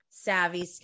Savvy